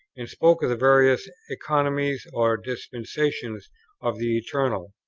and spoke of the various economies or dispensations of the eternal.